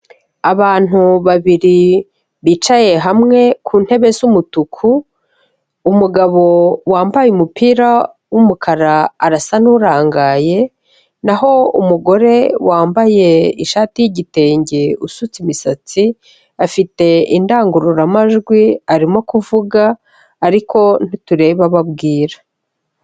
Abantu babiri bicaye hamwe ku ntebe z'umutuku, umugabo wambaye umupira w'umukara arasa n'urangaye, n'aho umugore wambaye ishati y'igitenge usutse imisatsi afite indangururamajwi arimo kuvuga ariko ntitureba abo abwira.